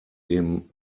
dem